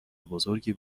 بزرگی